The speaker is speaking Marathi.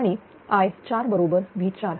आणि i4 हा बरोबर V4